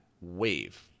wave